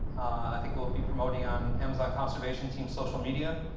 i think we'll be promoting on amazon conservation team's social media.